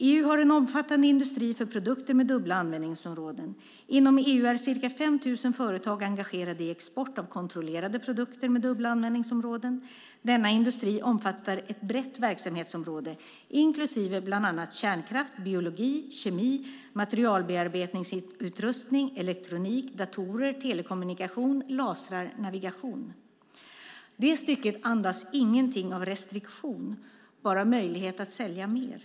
EU har en omfattande industri för produkter med dubbla användningsområden. Inom EU är ca 5 000 företag engagerade i export av kontrollerade produkter med dubbla användningsområden. Denna industri omfattar ett brett verksamhetsområde, inklusive bl.a. kärnkraft, biologi, kemi, materialbearbetningsutrustning, elektronik, datorer, telekommunikation, lasrar, navigation." Det stycket andas ingenting av restriktion - bara möjlighet att sälja mer.